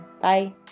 bye